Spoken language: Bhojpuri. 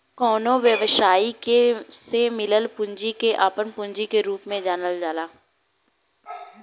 कवनो व्यवसायी के से मिलल पूंजी के आपन पूंजी के रूप में जानल जाला